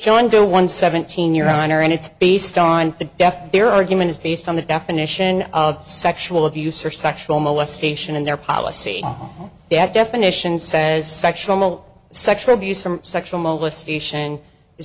joinder one seventeen your honor and it's based on the death their argument is based on the definition of sexual abuse or sexual molestation in their policy that definition says sexual sexual abuse from sexual molestation is